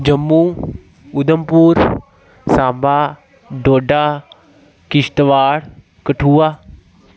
Jammu Udhampur Samba Doda Kishtwar Kathua